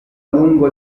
lungo